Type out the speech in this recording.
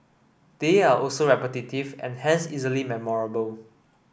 they are also repetitive and hence easily memorable